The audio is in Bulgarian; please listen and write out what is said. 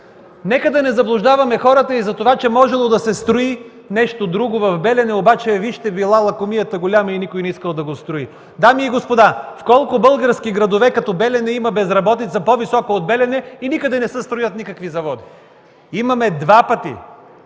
Нека да не заблуждаваме хората и за това, че можело да се строи нещо друго в Белене, обаче вижте, лакомията била голяма и никой не искал да го строи. Дами и господа, в колко български градове като Белене има безработица, по-висока от тази в Белене, и никъде не се строят никакви заводи? Имаме два пъти